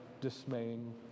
dismaying